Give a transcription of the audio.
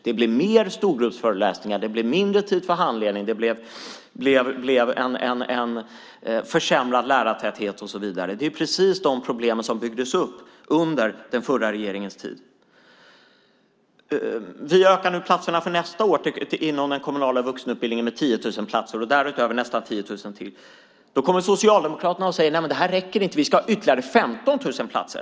Det blev mer storgruppsföreläsningar, mindre tid för handledning, en försämrad lärartäthet, och så vidare. Det var precis de problemen som byggdes upp under den förra regeringens tid. Vi ökar nu platserna för nästa år inom den kommunala vuxenutbildningen med 10 000 platser och därutöver med nästan 10 000 till. Då kommer Socialdemokraterna och säger: Det räcker inte, vi ska ha ytterligare 15 000 platser.